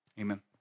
Amen